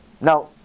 Now